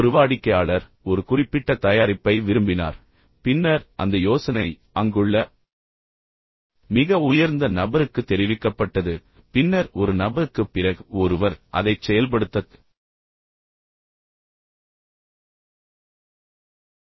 ஒரு வாடிக்கையாளர் ஒரு குறிப்பிட்ட தயாரிப்பை விரும்பினார் பின்னர் அந்த யோசனை அங்குள்ள மிக உயர்ந்த நபருக்கு தெரிவிக்கப்பட்டது பின்னர் ஒரு நபருக்குப் பிறகு ஒருவர் அதைச் செயல்படுத்தத் தொடங்கினர்